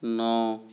ন